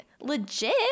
legit